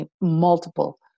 multiple